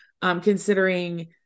considering